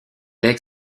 lègue